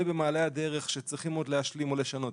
במעלה הדרך שצריכים עוד להשלים או לשנות,